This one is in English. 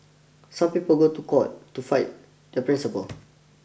some people go to court to fight their principles